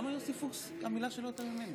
הסתייגות 47 לא נתקבלה.